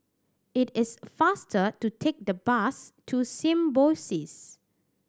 it is faster to take the bus to Symbiosis